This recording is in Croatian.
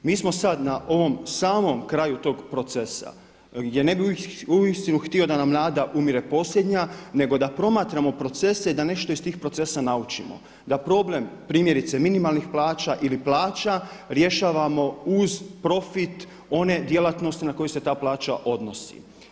Mi smo sada na ovom samom kraju tog procesa gdje ne bi uistinu htio da nam nada umire posljednja, nego da promatramo procese i da nešto iz tih procesa naučimo, da problem primjerice minimalnih plaća ili plaća rješavamo uz profit one djelatnosti na koje se ta plaća odnosi.